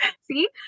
See